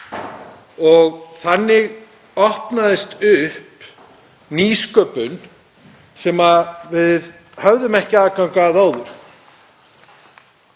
og þannig opnaðist fyrir nýsköpun sem við höfðum ekki aðgang að áður.